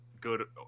good